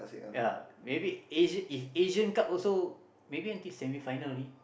ya maybe if Asian Cup also maybe until Semi final only